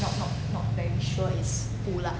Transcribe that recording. not not not very sure is who lah